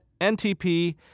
NTP